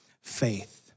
faith